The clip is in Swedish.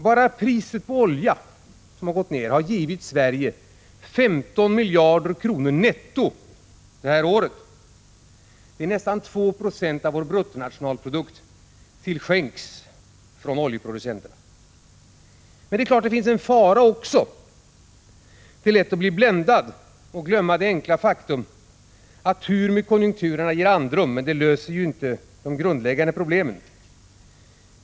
Bara det sänkta oljepriset har gett Sverige 15 miljarder netto det här året. Det är nästan 2 96 av vår bruttonationalprodukt —- detta till skänks från oljeproducenterna. Men det är klart att det finns också en fara. Det är lätt att bli bländad och glömma det enkla faktum att tur med konjunkturerna ger andrum, men det löser inte de grundläggande problemen.